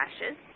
lashes